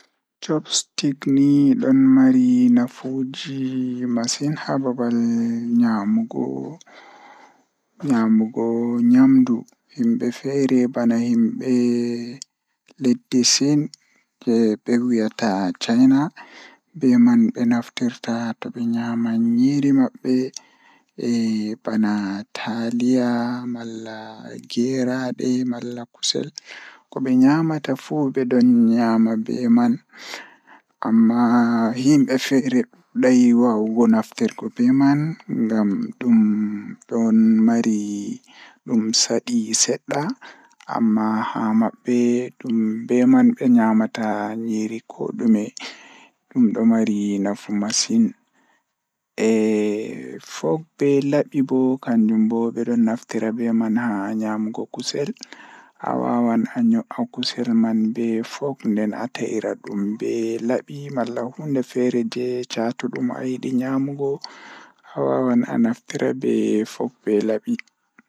Chopstick ɗiɗi waawataa njiiɗi baafal laawol, eɓe njaltina laawol ngam hokkude safnaa, eɓe waawataa hokka haala e ngelɗi ɓe jeyɗi hokkude. Forks e knives ɗiɗi waawataa fota e kaawde baafal, eɓe waawataa njiytaade laawol ngam wujjude ɓe hokkude, ko ndiyam laawol ngam fota yiyanɗe.